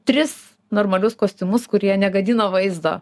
tris normalius kostiumus kurie negadina vaizdo